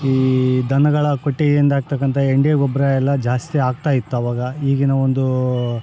ಈ ದನಗಳ ಕೊಟ್ಟಿಗೆಯಿಂದ ಆಗ್ತಕ್ಕಂಥ ಎನ್ ಡಿ ಎ ಗೊಬ್ಬರಯೆಲ್ಲ ಜಾಸ್ತಿ ಆಗ್ತಾ ಇತ್ತು ಅವಾಗ ಈಗಿನ ಒಂದು